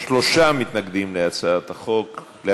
יש שלושה מתנגדים להצעות החוק.